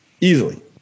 Easily